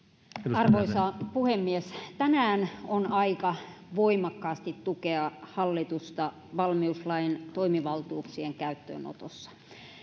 arvoisa puhemies tänään on aika voimakkaasti tukea hallitusta valmiuslain toimivaltuuksien käyttöönotossa